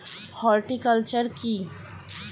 Horticulture কি?